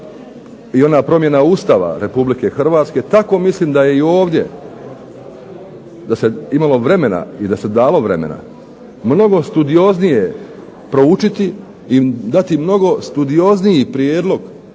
i ona promjena Ustava Republike Hrvatske, tako mislim da je i ovdje, da se imalo vremena i da se dalo vremena mnogo studioznije proučiti i dati im mnogo studiozniji prijedlog